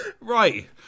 right